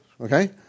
okay